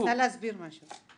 מנסה להסביר משהו.